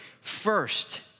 first